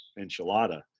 enchilada